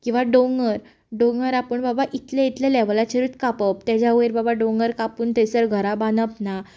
किंवा दोंगर दोंगर आपूण बाबा इतले इतले लेवलाचेरूच कापप तेज्या वयर बाबा दोंगर कापून थंयसर घरां बांदप ना